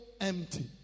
empty